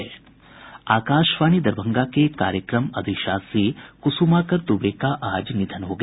आकाशवाणी दरभंगा के कार्यक्रम अधिशासी कुसुमाकर दूबे का आज निधन हो गया